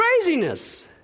craziness